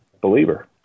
believer